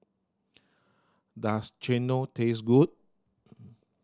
does chendol taste good